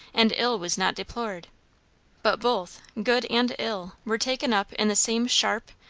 and ill was not deplored but both, good and ill, were taken up in the same sharp,